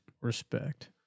Respect